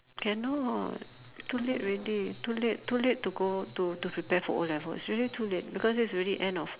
cannot too late already too late too late to go to to prepare for O-levels really too late because this is already end of